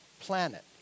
planet